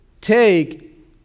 take